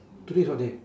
today is what day